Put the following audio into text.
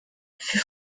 fut